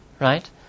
right